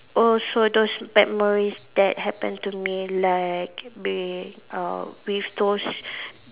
also those memories that happen to me like ba~ uh with those